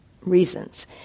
reasons